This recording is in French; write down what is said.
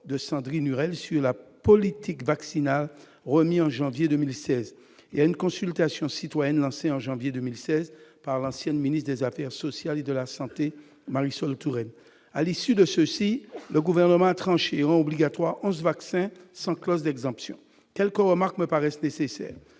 de Sandrine Hurel sur la politique vaccinale, remis en janvier 2016, et à une consultation citoyenne lancée en janvier 2016 par l'ancienne ministre des affaires sociales et de la santé, Marisol Touraine. Le Gouvernement a tranché et rend obligatoires onze vaccins, sans clause d'exemption. Quelques remarques me paraissent nécessaires.